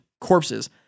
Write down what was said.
corpses